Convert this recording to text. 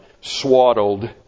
swaddled